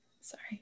Sorry